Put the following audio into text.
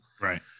Right